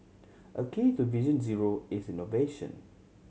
a key to Vision Zero is innovation